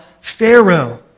Pharaoh